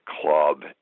club